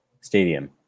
stadium